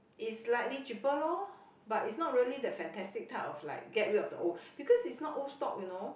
it's slightly cheaper lor but it's not really that fantastic type of like get rid of the old because is not old stock you know